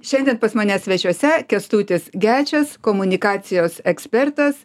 šiandien pas mane svečiuose kęstutis gečas komunikacijos ekspertas